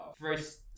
first